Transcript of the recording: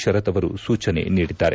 ಶರತ್ ಅವರು ಸೂಚನೆ ನೀಡಿದ್ದಾರೆ